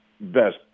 best